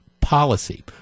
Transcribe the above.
policy